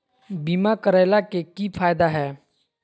बीमा करैला के की फायदा है?